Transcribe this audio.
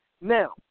Now